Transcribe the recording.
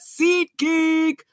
SeatGeek